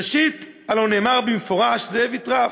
ראשית, הלוא נאמר במפורש: זאב יטרף.